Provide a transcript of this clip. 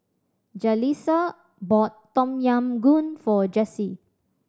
Jaleesa bought Tom Yam Goong for Jessye